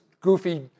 goofy